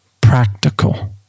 practical